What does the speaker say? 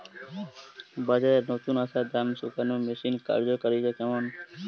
বাজারে নতুন আসা ধান শুকনোর মেশিনের কার্যকারিতা কেমন?